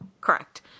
correct